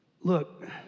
Look